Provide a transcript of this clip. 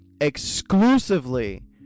exclusively